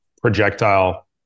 projectile